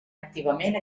activament